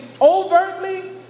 overtly